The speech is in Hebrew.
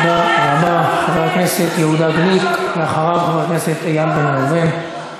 איך אתה לא מתבייש?